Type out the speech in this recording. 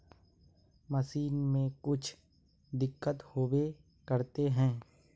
Machine में कुछ दिक्कत होबे करते है?